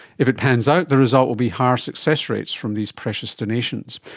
if it pans out the result will be higher success rates from these precious donations.